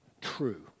true